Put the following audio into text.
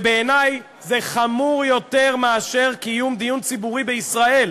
ובעיני זה חמור יותר מאשר קיום דיון ציבורי בישראל,